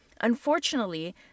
Unfortunately